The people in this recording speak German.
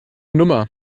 nummer